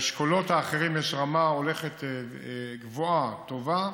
באשכולות האחרים יש רמה שהולכת ועולה, טובה,